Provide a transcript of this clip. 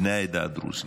בני העדה הדרוזית.